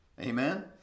Amen